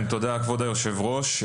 תודה, כבוד היושב-ראש.